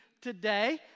today